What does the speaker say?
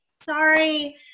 sorry